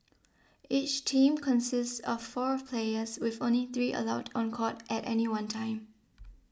each team consists of four players with only three allowed on court at any one time